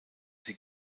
sie